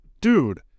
dude